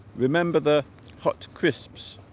remember the hot crisps